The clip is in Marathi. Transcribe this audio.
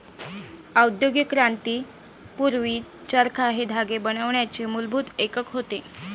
औद्योगिक क्रांती पूर्वी, चरखा हे धागे बनवण्याचे मूलभूत एकक होते